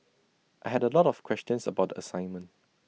I had A lot of questions about the assignment